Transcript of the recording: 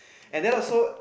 and that also